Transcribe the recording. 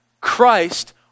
Christ